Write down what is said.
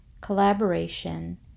collaboration